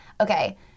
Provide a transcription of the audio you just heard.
Okay